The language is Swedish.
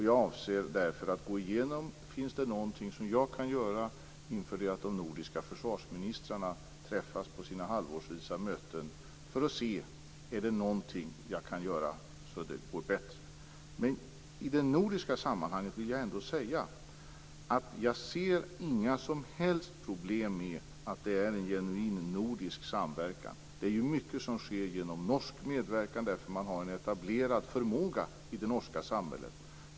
Jag avser därför att gå igenom detta inför att de nordiska försvarsministrarna träffas på sina halvårsvisa möten för att se om det finns någonting jag kan göra så att det går bättre. Men i det nordiska sammanhanget vill jag ändå säga att jag inte ser några som helst problem med att det är en genuin nordisk samverkan. Det är mycket som sker genom norsk medverkan därför att man har en etablerad förmåga i det norska samhället.